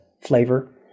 flavor